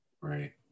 Right